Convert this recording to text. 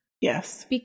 Yes